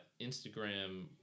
Instagram